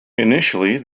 initially